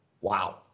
Wow